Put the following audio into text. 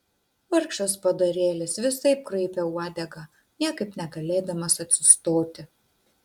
vargšas padarėlis visaip kraipė uodegą niekaip negalėdamas atsistoti